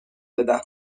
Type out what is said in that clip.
بدم